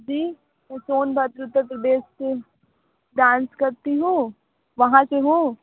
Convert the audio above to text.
जी मैं सोनभद्र उत्तर प्रदेश से डांस करती हूँ वहाँ की हूँ